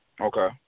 Okay